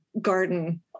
garden